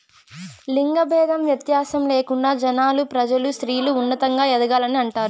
లింగ భేదం వ్యత్యాసం లేకుండా జనాలు ప్రజలు స్త్రీలు ఉన్నతంగా ఎదగాలని అంటారు